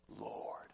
Lord